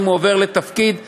אם הוא עובר לתפקיד אחר,